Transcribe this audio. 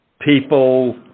people